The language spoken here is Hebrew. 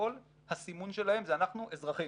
שכל הסימון שלהם זה אנחנו אזרחים,